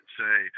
say